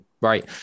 right